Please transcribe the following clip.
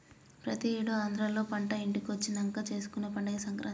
ప్రతి ఏడు ఆంధ్రాలో పంట ఇంటికొచ్చినంక చేసుకునే పండగే సంక్రాంతి